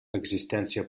existència